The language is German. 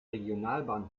regionalbahn